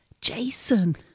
Jason